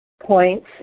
points